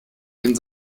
den